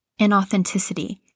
inauthenticity